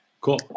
Cool